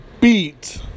beat